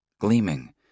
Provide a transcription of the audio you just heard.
gleaming